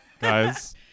Guys